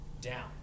down